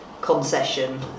concession